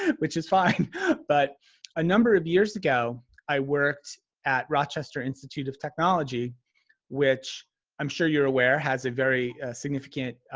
and which is fine but a number of years ago i worked at rochester institute of technology which i'm sure you're aware has a very significant